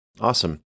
Awesome